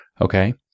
okay